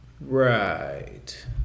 right